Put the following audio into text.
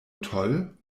toll